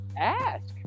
ask